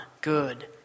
good